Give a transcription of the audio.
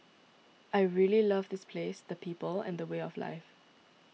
I really love this place the people and the way of life